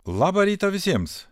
labą rytą visiems